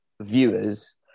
viewers